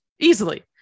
easily